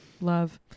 love